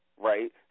Right